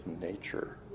nature